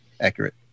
accurate